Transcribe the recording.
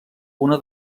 una